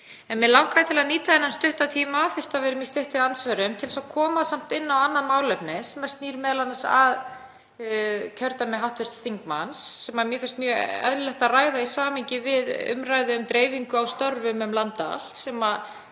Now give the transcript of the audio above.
En mig langaði til að nýta þennan stutta tíma fyrst við erum í stuttum andsvörum til að koma inn á annað málefni sem snýr m.a. að kjördæmi hv. þingmanns sem mér finnst mjög eðlilegt að ræða í samhengi við umræðu um dreifingu á störfum um land allt. Það